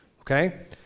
okay